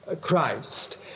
Christ